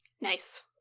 Nice